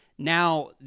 Now